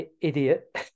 idiot